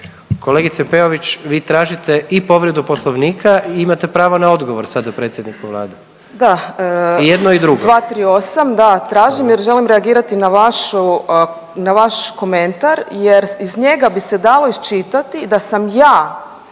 Kolegice Peović, vi tražite i povredu poslovnika i imate pravo na odgovor sada predsjedniku Vlade…/Upadica Peović: Da/… i jedno i drugo. **Peović, Katarina (RF)** 238., da, tražim jer želim reagirati na vašu, na vaš komentar jer iz njega bi se dalo iščitati da sam ja